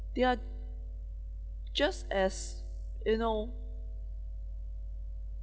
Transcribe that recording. they are just as you know